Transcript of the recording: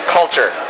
Culture